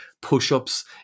push-ups